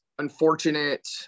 unfortunate